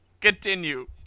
Continue